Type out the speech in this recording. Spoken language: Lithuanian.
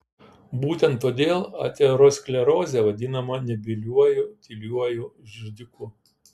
būtent todėl aterosklerozė vadinama nebyliuoju tyliuoju žudiku